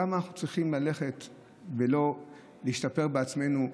למה אנחנו צריכים ללכת ולא להשתפר בעצמנו,